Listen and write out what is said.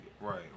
Right